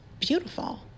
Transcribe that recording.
beautiful